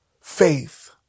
faith